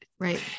Right